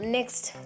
Next